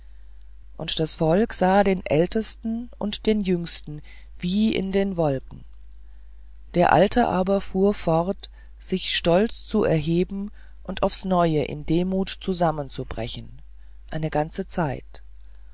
und das volk sah den ältesten und den jüngsten wie in den wolken der alte aber fuhr fort sich stolz zu erheben und aufs neue in demut zusammenzubrechen eine ganze zeit